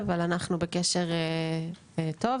אבל אנחנו בקשר טוב,